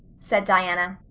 said diana,